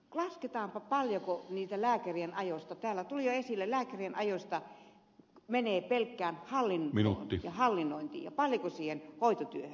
lasketaanpa paljonko lääkärien ajasta täällä se tuli jo esille menee pelkkään hallintoon ja hallinnointiin ja paljonko siihen hoitotyöhön